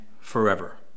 forever